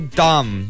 dumb